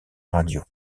radio